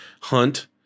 hunt